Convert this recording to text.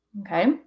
Okay